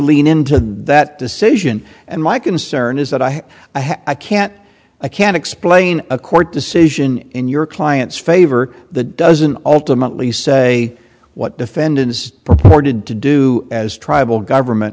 lean into that decision and my concern is that i i can't i can't explain a court decision in your client's favor the doesn't ultimately say what defendant is purported to do as tribal government